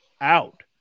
out